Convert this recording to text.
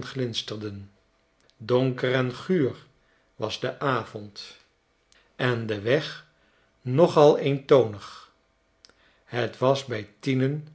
tegenglinsterden donker en guur was de avond en de weg nogal eentonig het was brj tienen